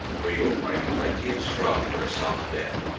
where you will find plenty of straw for a soft bed.